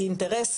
שהאינטרס,